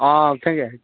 हां उत्थै गै